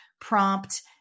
prompt